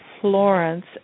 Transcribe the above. florence